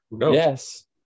Yes